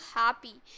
happy